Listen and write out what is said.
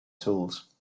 tools